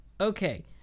okay